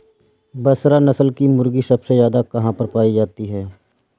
बसरा नस्ल की मुर्गी सबसे ज्यादा कहाँ पर पाई जाती है?